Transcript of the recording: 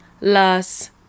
las